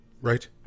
right